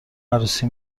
عروسی